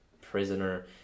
prisoner